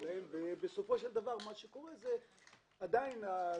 נוספים ובלבד שמתקיימות הוראות החוק לעניין שימושים